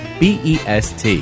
best